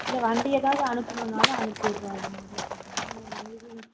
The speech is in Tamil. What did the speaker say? இல்லை வண்டி எதாவது அனுப்புணுனாலும் அனுப்பி வைக்கிறோம் அதனால லேட்டாகி